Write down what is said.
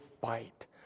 fight